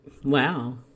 Wow